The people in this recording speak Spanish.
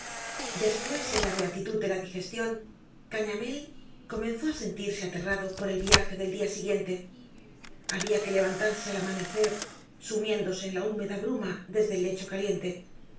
después en la beatitud de la digestión gañamél comenzó á sentirse aterrado por el viaje del día siguiente había que levantarse al amanecer sumiéndose en la húmeda bruma desde el lecho caliente